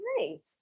nice